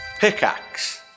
Pickaxe